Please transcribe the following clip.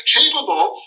capable